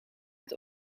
het